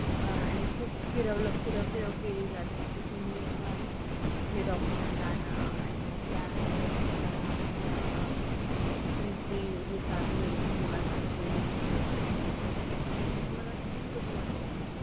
आणि खूप फिरवलं फिरव फिरव केली जाते की तुम्ही हे डॉक्युमेंट आणा आणि मग यानंतरच तुम्हाला तुमची हे चालू होईल सेवा चालू होईल असं होईल तसं होईल तरी मला वाटतं की ही गोष्ट बंद करायला हवी